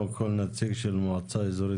לצערי אין נציג של המועצה.